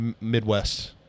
Midwest